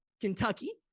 Kentucky